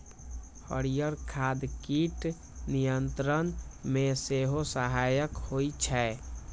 हरियर खाद कीट नियंत्रण मे सेहो सहायक होइ छै